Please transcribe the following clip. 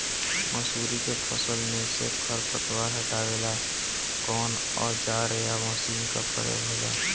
मसुरी के फसल मे से खरपतवार हटावेला कवन औजार या मशीन का प्रयोंग होला?